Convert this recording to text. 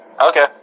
Okay